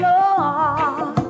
Lord